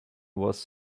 was